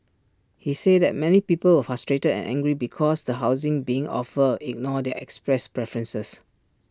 he said that many people were frustrated and angry because the housing being offered ignored their expressed preferences